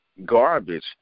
garbage